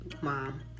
mom